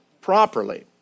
properly